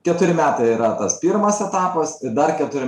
keturi metai yra tas pirmas etapas ir dar keturi